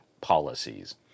policies